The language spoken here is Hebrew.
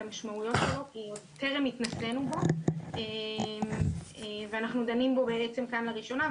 המשמעויות שלו כי טרם התנסינו בו ואנחנו בעצם דנים בו כאן לראשונה.